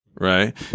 right